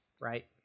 Right